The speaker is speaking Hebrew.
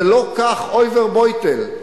זה לא כך, "עויבר בוטל".